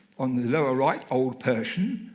on the lower right, old persian,